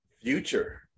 future